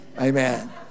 Amen